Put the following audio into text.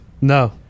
No